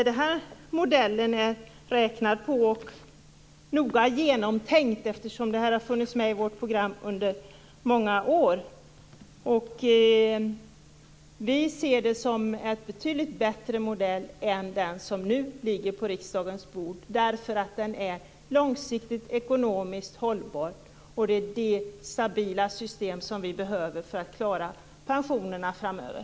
Den här modellen är noga genomtänkt, den har funnits med i vårt program under många år. Vi ser det som en betydligt bättre modell än den som nu ligger på riksdagens bord därför att den är långsiktigt ekonomiskt hållbar. Det är det stabila system som vi behöver för att klara pensionerna framöver.